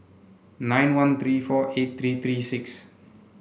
nine one three four eight three three six